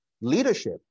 leadership